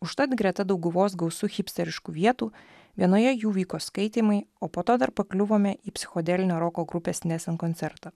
užtat greta dauguvos gausu hipsteriškų vietų vienoje jų vyko skaitymai o po to dar pakliuvome į psichodelinio roko grupės nesen koncertą